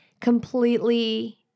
completely